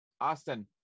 Austin